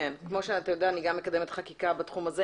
כמו שאתה יודע אני גם מקדמת חקיקה בתחום הזה.